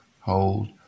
Hold